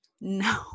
no